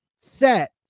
set